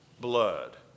blood